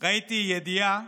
ראיתי ידיעה